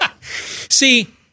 See